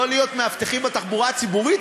לא להיות מאבטחים בתחבורה הציבורית,